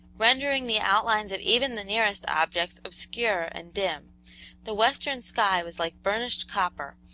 rendering the outlines of even the nearest objects obscure and dim the western sky was like burnished copper,